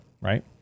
right